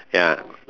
ya